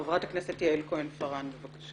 חברת הכנסת יעל כהן פארן, בבקשה.